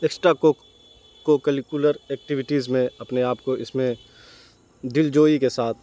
extra co cocurricular activities میں اپنے آپ کو اس میں دلجوئی کے ساتھ